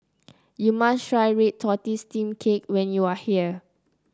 you must try Red Tortoise Steamed Cake when you are here